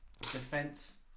defense